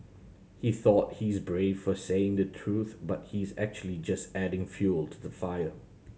he thought he's brave for saying the truth but he's actually just adding fuel to the fire